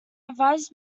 revised